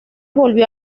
volvió